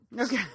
Okay